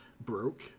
broke